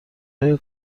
های